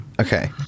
Okay